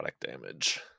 damage